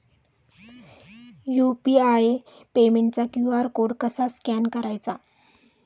UPI पेमेंटचा QR code कसा scan करायचा?